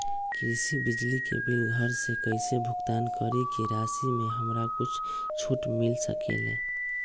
कृषि बिजली के बिल घर से कईसे भुगतान करी की राशि मे हमरा कुछ छूट मिल सकेले?